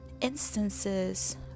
instances